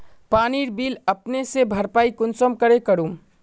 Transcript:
पानीर बिल अपने से भरपाई कुंसम करे करूम?